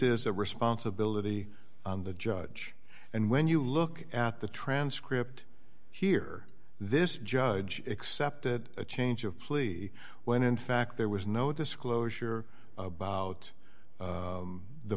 is a responsibility on the judge and when you look at the transcript here this judge accepted a change of plea when in fact there was no disclosure about